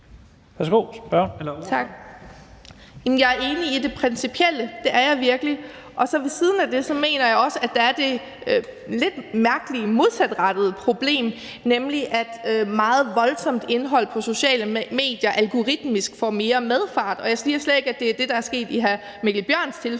Jeg er enig i det principielle, det er jeg virkelig. Og ved siden af det mener jeg også, at der er det lidt mærkelige modsatrettede problem, nemlig at meget voldsomt indhold på sociale medier algoritmisk får mere medfart. Og jeg siger slet ikke, at det er det, der er sket i hr. Mikkel Bjørns tilfælde.